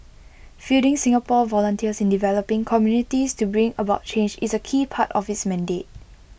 fielding Singapore volunteers in developing communities to bring about change is A key part of its mandate